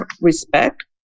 respect